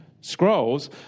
scrolls